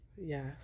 Yes